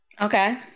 Okay